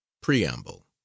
preamble